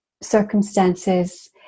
circumstances